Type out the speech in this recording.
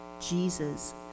Jesus